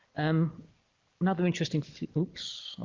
um not very interesting fifty books